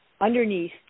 underneath